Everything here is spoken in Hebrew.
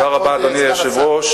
תודה רבה, אדוני היושב-ראש.